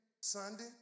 Sunday